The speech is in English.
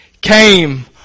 came